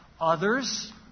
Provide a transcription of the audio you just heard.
Others